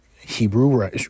Hebrew